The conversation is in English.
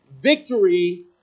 victory